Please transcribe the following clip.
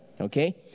Okay